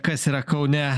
kas yra kaune